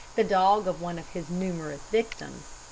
the dog of one of his numerous victims.